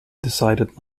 decided